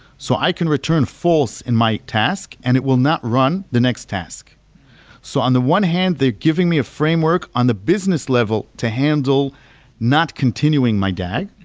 so i can return false in my task and it will not run the next task so on the one hand, they're giving me a framework on the business level to handle not continuing my dag.